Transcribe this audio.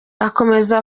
akomeza